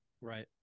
Right